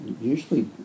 usually